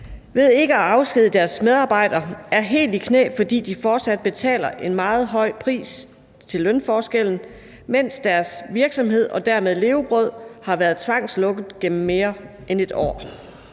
ved ikke at afskedige deres medarbejdere, er helt i knæ, fordi de fortsat betaler en meget høj pris til lønforskellen, mens deres virksomhed og dermed levebrød har været tvangslukket gennem mere end et år?